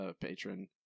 patron